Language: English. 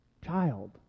child